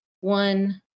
one